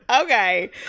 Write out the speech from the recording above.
Okay